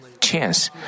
chance